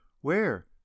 Where